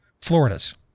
Florida's